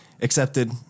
Accepted